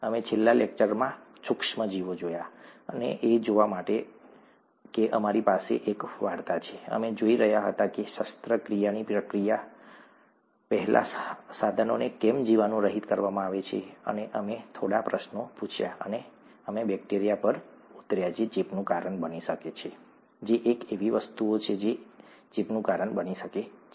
અમે છેલ્લા લેક્ચરમાં સૂક્ષ્મ જીવો જોયા અને એ જોવા માટે કે અમારી પાસે એક વાર્તા છે અમે જોઈ રહ્યા હતા કે શસ્ત્રક્રિયાની પ્રક્રિયા પહેલા સાધનોને કેમ જીવાણુરહિત કરવામાં આવે છે અને અમે થોડા પ્રશ્નો પૂછ્યા અને અમે બેક્ટેરિયા પર ઉતર્યા જે ચેપનું કારણ બની શકે છે જે એક એવી વસ્તુઓ છે જે ચેપનું કારણ બની શકે છે